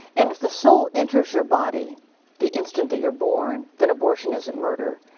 and if the soul enters your body the instant that you're born, then abortion isn't murder,